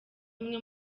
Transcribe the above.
umwe